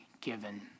given